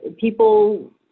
people